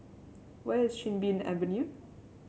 where is Chin Bee Avenue